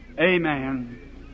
Amen